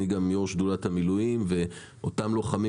אני גם יו"ר שדולת המילואים ואותם לוחמים